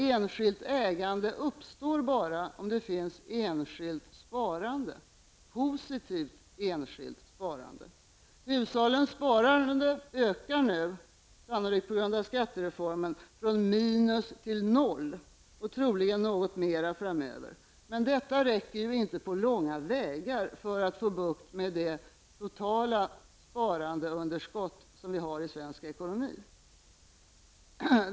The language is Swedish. Enskilt ägande uppstår bara om det finns enskilt sparande, positivt enskilt sparande. Hushållens sparande ökar nu, sannolikt på grund av skattereformen, från minus till noll och troligen något mer framöver. Men detta räcker inte på långa vägar för att få bukt med det totala sparandeunderskottet i svensk ekonomi.